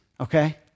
okay